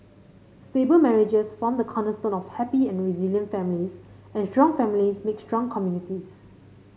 stable marriages form the cornerstone of happy and resilient families and strong families make strong communities